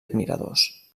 admiradors